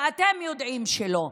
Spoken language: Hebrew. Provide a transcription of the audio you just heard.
אתם יודעים שלא.